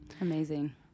Amazing